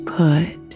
put